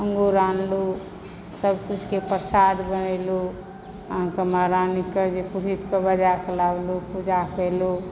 अंगूर आनलहुँ सभकुछके परसाद बनेलहुँ अहाँक महारानीके पुरहितकऽ बजयकऽ लाबलू पूजा कयलू